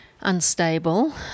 unstable